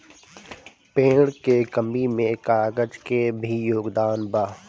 पेड़ के कमी में कागज के भी योगदान बा